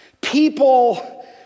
people